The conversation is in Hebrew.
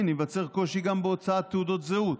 ייווצר קושי גם בהוצאת תעודות זהות.